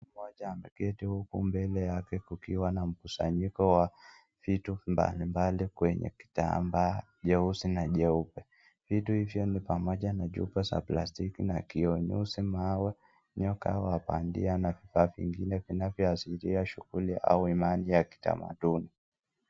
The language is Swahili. Mmoja ameketi huku mbele yake kukiwa na mkusanyiko wa vitu mbalimbali kwenye kitambaa jeusi na jeupe . Vitu hivyo ni pamoja na chupa za plastiki na kioo jeusi , mawe , nyoka wa bandia na vifaa vingine inayoshiria shuguli au Imani ya kitamaduni.